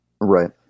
Right